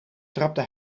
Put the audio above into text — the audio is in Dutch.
trapte